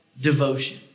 devotion